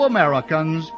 Americans